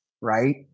right